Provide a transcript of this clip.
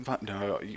No